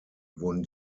wurden